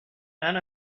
none